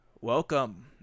Welcome